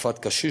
תקיפת קשיש,